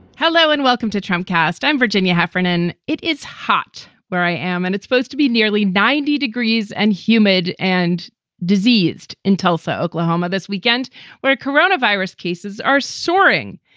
hello and welcome to trump cast. i'm virginia heffernan. it is hot where i am, and it's supposed to be nearly ninety degrees and humid and diseases in tulsa, oklahoma, this weekend where corona virus cases are soaring,